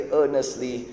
earnestly